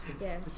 Yes